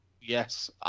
yes